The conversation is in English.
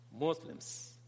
Muslims